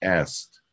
asked